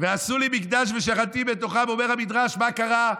"ועשו לי מקדש ושכנתי בתוכם" אומר המדרש: מה קרה?